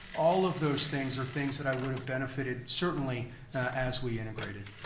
all of those things are things that i would have benefited certainly as we integrated.